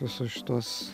visus šituos